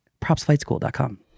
PropsFlightSchool.com